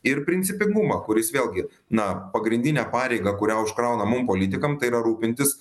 ir principingumą kuris vėlgi na pagrindinė pareiga kurią užkrauna mum politikam tai yra rūpintis